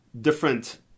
different